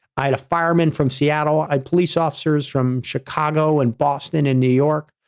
i had a fireman from seattle, i police officers from chicago and boston in new york.